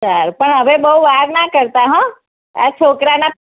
સારું પણ હવે બહુ વાર ના કરતા હોં આ છોકરાના